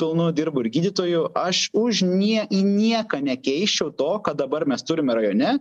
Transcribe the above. pilnu dirbu ir gydytoju aš už nie į nieką nekeisčiau to ką dabar mes turime rajone